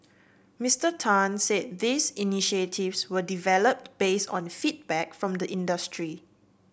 Mister Tan said these initiatives were developed based on feedback from the industry